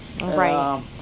Right